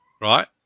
right